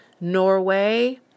Norway